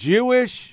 Jewish